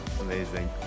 Amazing